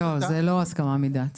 לא, זאת לא הסכמה מדעת